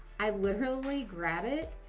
i literally grab it.